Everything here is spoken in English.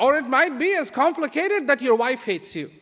or it might be as complicated that your wife hates you